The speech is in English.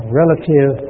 relative